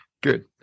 Good